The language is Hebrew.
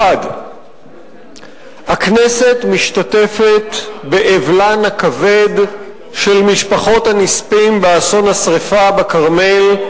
1. הכנסת משתתפת באבלן הכבד של משפחות הנספים באסון השרפה בכרמל,